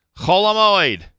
Cholamoid